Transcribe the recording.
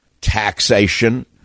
taxation